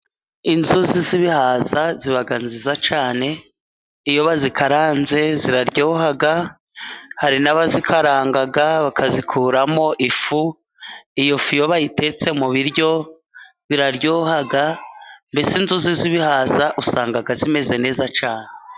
Inzuzi z'ibihaza ziba nziza cyane. Iyo bazikaranze ziraryoha. Hari n'abazikaranga bakazikuramo ifu. Iyo fu iyo bayitetse mu biryo biraryoha. Mbese inzuzi z'ibihaza usanga zimeze neza cyane.